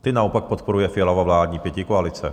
Ty naopak podporuje Fialova vládní pětikoalice.